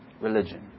Religion